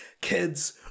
Kids